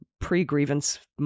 pre-grievance